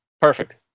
Perfect